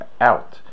out